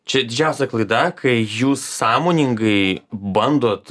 čia didžiausia klaida kai jūs sąmoningai bandot